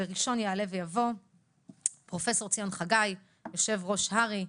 וראשון יעלה ויבוא פרופ' ציון חגי, יושב-ראש הר"י,